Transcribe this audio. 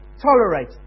Tolerate